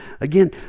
Again